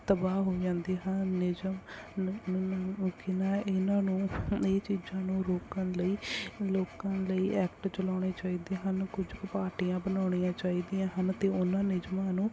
ਤਬਾਹ ਹੋ ਜਾਂਦੇ ਹਾਂ ਇਹਨਾਂ ਨੂੰ ਇਹ ਚੀਜ਼ਾਂ ਨੂੰ ਰੋਕਣ ਲਈ ਲੋਕਾਂ ਲਈ ਐਕਟ ਚਲਾਉਣੇ ਚਾਹੀਦੇ ਹਨ ਕੁਝ ਕੁ ਪਾਰਟੀਆਂ ਬਣਾਉਣੀਆਂ ਚਾਹੀਦੀਆਂ ਹਨ ਅਤੇ ਉਹਨਾਂ ਨਿਯਮਾਂ ਨੂੰ